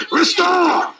restore